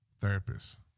therapist